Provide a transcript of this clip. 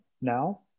now